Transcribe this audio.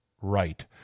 right